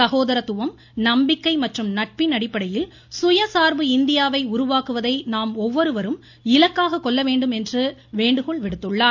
சகோதரத்துவம் நம்பிக்கை மற்றும் நட்பின் அடிப்படையில் சுயசாா்பு இந்தியாவை உருவாக்குவதை நாம் ஒவ்வொருவரும் இலக்காக கொள்ள வேண்டும் என்றார்